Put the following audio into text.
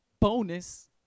Bonus